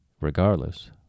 regardless